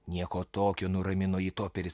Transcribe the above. nieko tokio nuramino jį toperis